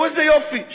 תראו איזה יופי,